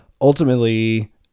Ultimately